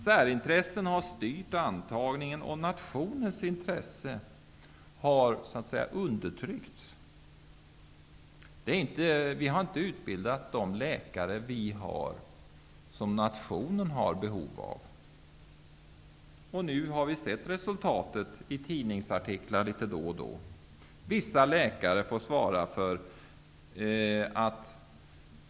Särintressen har styrt antagningen, och nationens intresse har undertryckts. Vi har inte utbildat de läkare som nationen har behov av, och nu har vi litet då och då i tidningsartiklar kunnat se resultatet.